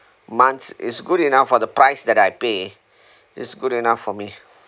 months it's good enough for the price that I pay it's good enough for me